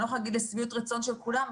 אני לא יכולה להגיד לשביעות רצון של כולם.